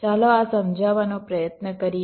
ચાલો આ સમજાવવાનો પ્રયત્ન કરીએ